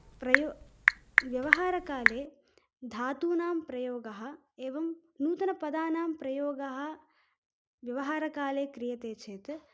प्रयो व्यवहारकाले धातूनां प्रयोगः एवं नूतनपदानां प्रयोगः व्यवहारकाले क्रियते चेत्